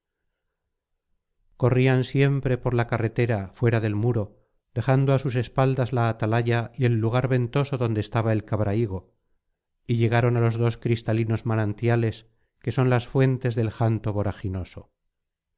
corrían siempre por la carretera fuera del muro dejando á sus espaldas la atalaya y el lugar ventoso donde estaba el cabrahigo y llegaron á los dos cristalinos manantiales que son las fuentes del janto